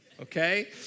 okay